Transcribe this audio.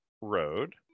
road